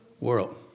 world